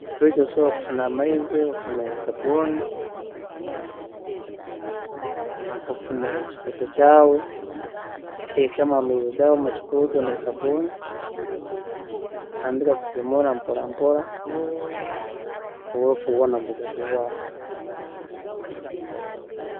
Fridge osobola kufuna amaizi, ofune sabuuni, ofuneyo ekikuuto kyaawe, oteekemu amaizi gaawe mukikuuto nesabuuni, otandike kusiimuura mpora mpora, oburofu bwoona nibwiija kuhwaamu.